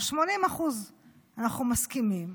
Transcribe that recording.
על 80% אנחנו מסכימים,